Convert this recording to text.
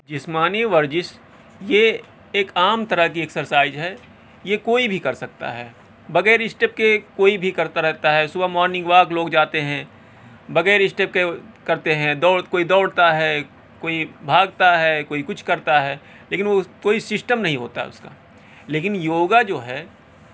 جسمانی ورزش یہ ایک عام طرح کی ایکسرسائز ہے یہ کوئی بھی کر سکتا ہے بغیر اسٹیپ کے کوئی بھی کرتا رہتا ہے صبح مارنگ واک لوگ جاتے ہیں بغیر اسٹیپ کے کرتے ہیں دوڑ کوئی دوڑتا ہے کوئی بھاگتا ہے کوئی کچھ کرتا ہے لیکن وہ اس کوئی سسٹم نہیں ہوتا ہے اس کا لیکن یوگا جو ہے